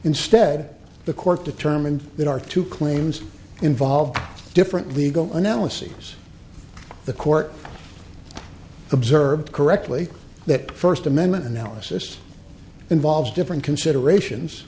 instead the court determined that our two claims involve different legal analyses the court observed correctly that first amendment analysis involves different considerations